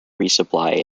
resupply